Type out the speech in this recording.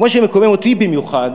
ומה שמקומם אותי במיוחד